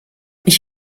ich